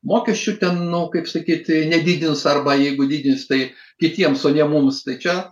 mokesčių ten kaip sakyti nedidins arba jeigu dydis tai kitiems o ne mums tai čia